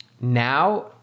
now